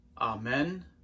Amen